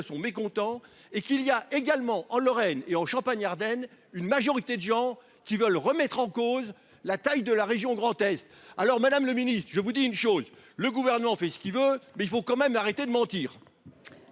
sont mécontents et qu'il y a également en Lorraine et en Champagne-Ardenne, une majorité de gens qui veulent remettre en cause la taille de la région Grand-Est, alors Madame le Ministre je vous dis une chose, le gouvernement fait ce qu'il veut mais il faut quand même arrêter de mentir.--